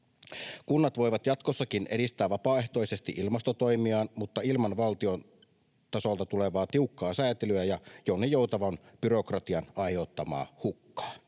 Kunnat voivat jatkossakin edistää vapaaehtoisesti ilmastotoimiaan mutta ilman valtion tasolta tulevaa tiukkaa sääntelyä ja jonninjoutavan byrokratian aiheuttamaa hukkaa.